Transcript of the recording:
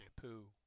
shampoo